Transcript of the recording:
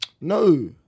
No